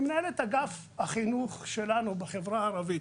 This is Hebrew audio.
היא מנהלת את אגף החינוך של החברה הערבית,